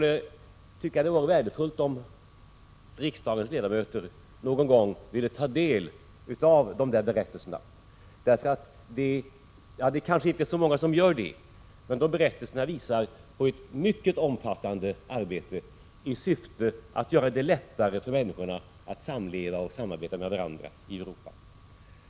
Det vore värdefullt om riksdagens ledamöter någon gång tog del av de berättelserna — nu kanske det inte är så många som gör det. De visar nämligen på ett mycket omfattande arbete som syftar till att göra det lättare för människorna att samleva och att samarbeta med varandra i Europa.